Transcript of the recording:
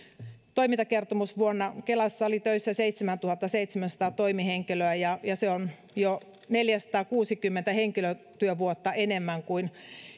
toimintakertomusvuonna kelassa oli töissä seitsemäntuhattaseitsemänsataa toimihenkilöä ja se on jo neljäsataakuusikymmentä henkilötyövuotta enemmän kuin